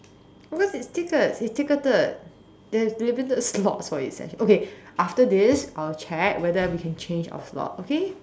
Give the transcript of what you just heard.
of course it's tickets it's ticketed there there's limited slots for each session okay after this I'll check whether we can change our slot okay